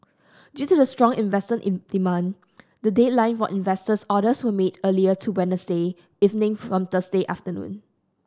due to the strong investor in demand the deadline for investor orders were made earlier to Wednesday evening from Thursday afternoon